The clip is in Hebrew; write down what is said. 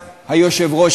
היושב-ראש,